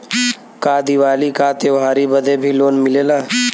का दिवाली का त्योहारी बदे भी लोन मिलेला?